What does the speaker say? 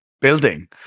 building